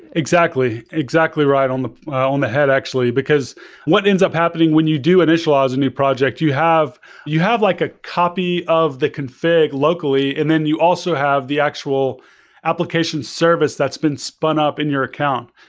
exactly. exactly right on the on the head actually, because what ends up happening when you do initialize a new project, you have you have like a copy of the config locally, and then you also have the actual application service that's been spun up in your account.